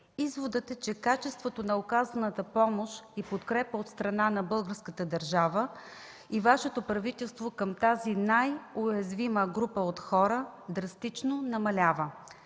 Изводът е, че качеството на оказваната помощ и подкрепа от страна на българската държава и Вашето правителство към тази най-уязвима група от хора драстично намалява.